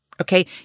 okay